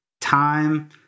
time